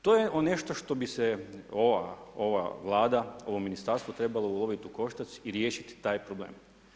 To je nešto što bi se ova Vlada, ovo ministarstvo trebalo uloviti u koštac i riješiti taj problem.